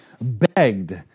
Begged